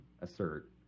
assert